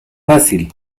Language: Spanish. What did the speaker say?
fácil